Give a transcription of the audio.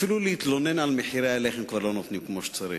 אפילו להתלונן על מחירי הלחם כבר לא נותנים כמו שצריך.